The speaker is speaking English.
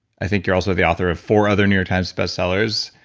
i think you're also the author of four other new york times bestsellers.